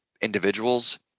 individuals